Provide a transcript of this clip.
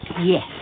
Yes